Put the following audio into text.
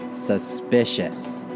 Suspicious